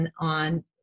on